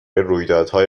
رویدادهای